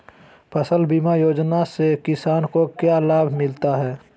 फसल बीमा योजना से किसान को क्या लाभ मिलता है?